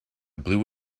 blue